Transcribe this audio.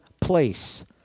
place